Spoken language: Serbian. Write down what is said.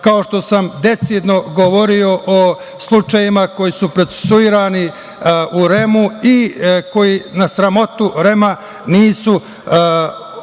kao što sam decidno govorio o slučajevima koji su procesuirani u REM-u i koji na sramotu REM-a nisu ocenjeni